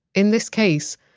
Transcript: in this case,